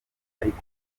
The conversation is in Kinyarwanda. ariko